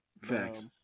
Facts